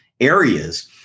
areas